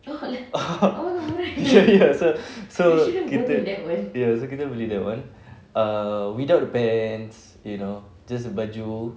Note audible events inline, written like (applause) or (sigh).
(laughs) ya ya so so kita ya so kita beli that [one] err without the pants you know just the baju